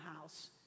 house